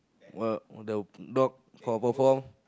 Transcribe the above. one the dog got perform